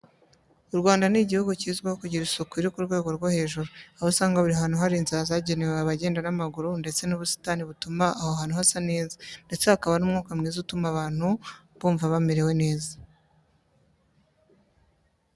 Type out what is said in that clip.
U Rwanda ni igihugu kizwuho kugira isuku iri ku rwego rwo hejuru aho usanga buri hantu hari inzira zagenewe abagenda n'amaguru ndetse n'ubusitani butuma aho hantu hasa neza ndetse hakaba n'umwuka mwiza utuma abantu bumva bamerewe neza.